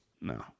No